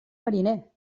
mariner